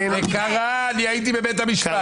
היושב-ראש, האם אתה מסכים כחלופה בדיעבד?